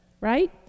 Right